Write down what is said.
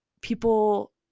people